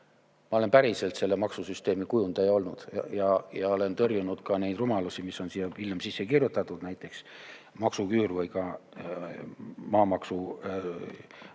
Ma olen päriselt selle maksusüsteemi kujundaja olnud ja olen tõrjunud ka neid rumalusi, mis on siia sisse kirjutatud, näiteks maksuküür või ka maamaksuvabastus.